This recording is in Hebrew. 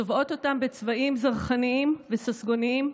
צובעות אותן בצבעים זרחניים וססגוניים,